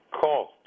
call